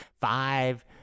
five